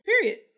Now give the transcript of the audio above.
Period